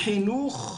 בחינוך.